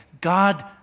God